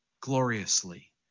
gloriously